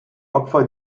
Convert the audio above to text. opfer